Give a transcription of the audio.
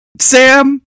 Sam